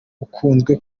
akunzwe